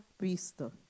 visto